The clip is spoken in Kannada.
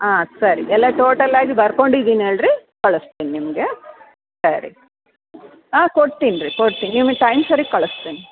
ಹಾಂ ಸರಿ ಎಲ್ಲ ಟೋಟಲ್ಲಾಗಿ ಬರ್ಕೊಂಡಿದಿನಿ ಹೇಳಿ ರೀ ಕಳಸ್ತೀನಿ ನಿಮಗೆ ಸರಿ ಹಾಂ ಕೊಡ್ತೀನಿ ರೀ ಕೊಡ್ತೀನಿ ನಿಮಗೆ ಟೈಮ್ಗೆ ಸರಿ ಕಳ್ಸ್ತೀನಿ